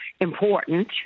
important